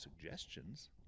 suggestions